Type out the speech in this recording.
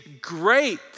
great